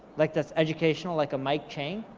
like that's educational, like a mike chang,